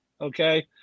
okay